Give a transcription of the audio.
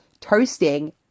toasting